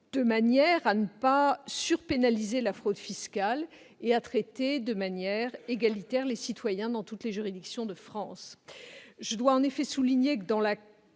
de manière à ne pas « surpénaliser » la fraude fiscale et à traiter de manière égalitaire les citoyens dans toutes les juridictions de France. Je dois en effet souligner que, dans la